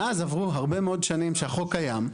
מאז עברו הרבה מאוד שנים שהחוק קיים.